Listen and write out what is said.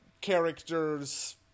characters